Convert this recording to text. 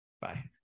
bye